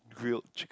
grilled chicken